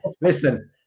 Listen